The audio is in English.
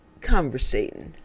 conversating